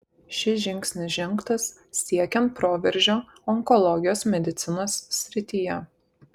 šis žingsnis žengtas siekiant proveržio onkologijos medicinos srityje